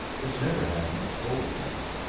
which never had no coals in it,